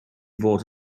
fod